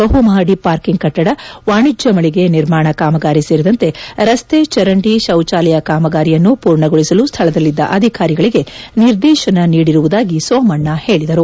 ಬಹುಮಹದಿ parking ಕಟ್ಟದ ವಾಣಿಜ್ಯ ಮಳಿಗೆ ನಿರ್ಮಾಣ ಕಾಮಗಾರಿ ಸೇರಿದಂತೆ ರಸ್ತೆ ಚರಂಡಿ ಶೌಚಾಲಯ ಕಾಮಗಾರಿಯನ್ನು ಪೂರ್ಣಗೊಳಿಸಲು ಸ್ಥಳದಲ್ಲಿದ್ದ ಅಧಿಕಾರಿಗಳಿಗೆ ನಿರ್ದೇಶನ ನೀಡಿರುವುದಾಗಿ ಸೋಮಣ್ಣ ಹೇಳಿದರು